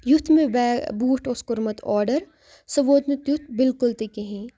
یُتھ مےٚ بے بوٗٹھ اوس کوٚرمُت آرڈر سُہ ووت نہٕ تیُتھ بالکُل تہِ کِہیٖنۍ